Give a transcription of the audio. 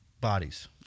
bodies